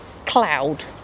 Cloud